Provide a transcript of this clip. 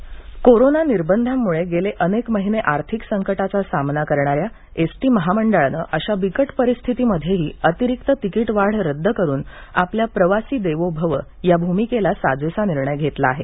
S T corona निर्बंधांमुळे गेले अनेक महिने आर्थिक संकटाचा सामना करणाऱ्या एसटी महामंडळानं अशा बिकट परिस्थितीमध्येही अतिरिक्त तिकीट दरवाढ रद्द करून आपल्या प्रवासी देवो भवः या भूमिकेला साजेसा निर्णय घेतला आहे